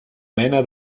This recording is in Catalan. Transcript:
mena